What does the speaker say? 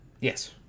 Yes